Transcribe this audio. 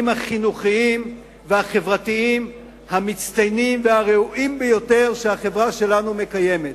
החינוכיים והחברתיים המצטיינים והראויים ביותר שהחברה שלנו מקיימת.